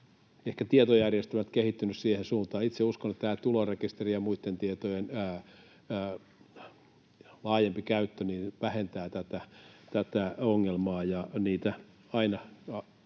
tietojärjestelmät kehittyneet siihen suuntaan. Itse uskon, että tämän tulorekisterin ja muiden tietojen laajempi käyttö vähentää tätä ongelmaa.